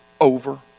over